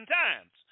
times